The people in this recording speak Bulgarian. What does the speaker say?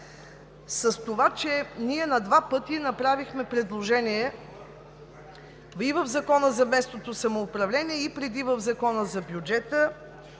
с това, че ние на два пъти направихме предложение – и в Закона за местното самоуправление, и преди – в Закона за бюджета,